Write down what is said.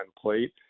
plate